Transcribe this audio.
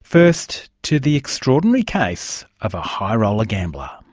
first to the extraordinary case of a high-roller gambler.